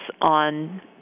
on